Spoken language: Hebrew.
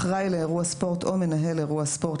אחראי לאירוע ספורט או מנהל אירוע ספורט,